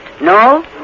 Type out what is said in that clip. No